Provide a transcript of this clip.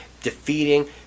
defeating